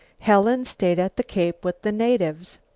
helen stayed at the cape with the natives.